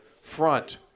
Front